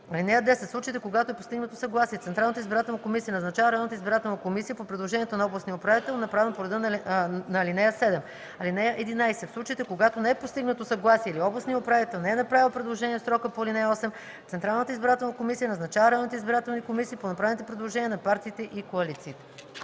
(10) В случаите когато е постигнато съгласие, Централната избирателна комисия назначава районната избирателна комисия по предложението на областния управител, направено по реда на ал. 7. (11) В случаите когато не е постигнато съгласие или областният управител не е направил предложение в срока по ал. 8, Централната избирателна комисия назначава районната избирателна комисия по направените предложения на партиите и коалициите”.